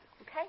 Okay